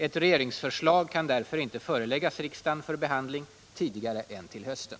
Ett regeringsförslag kan därför inte föreläggas riksdagen för behandling tidigare än till hösten.